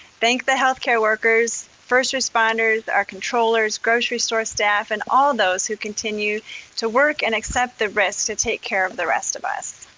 thank the healthcare workers, first responders, our controllers, grocery store staff and all those who continue to work and accept the risk to take care of the rest of us.